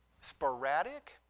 sporadic